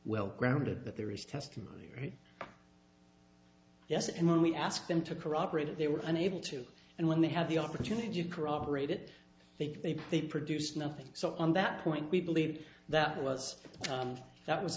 well grounded that there is testimony yes and when we ask them to corroborate it they were unable to and when they have the opportunity to corroborate it i think they they produce nothing so on that point we believe that was that was